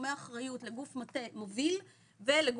תחומי אחריות לגוף מטה מוביל ולגופים